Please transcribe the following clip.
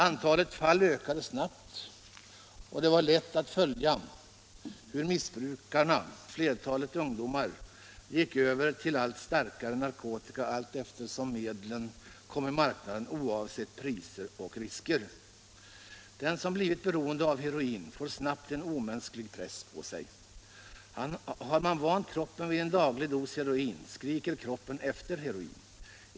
Antalet fall ökade snabbt, och det var lätt att följa hur missbrukarna, flertalet ungdomar, gick över till allt starkare narkotika allteftersom medlen kom i marknaden, oavsett priser och risker. Den som blivit beroende av heroin får snabbt en omänsklig press på sig. Har man vant kroppen vid en daglig dos heroin skriker kroppen efter heroin.